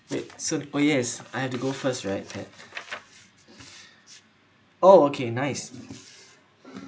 wait soon oh yes I have to go first right ha oh okay nice